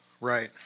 Right